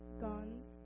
guns